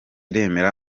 remera